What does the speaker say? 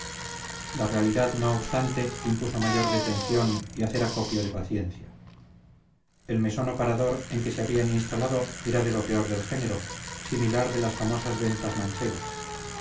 la realidad no obstante impuso mayor detención y hacer acopio de paciencia el mesón o parador en que se habían instalado era de lo peor del género similar de las famosas ventas manchegas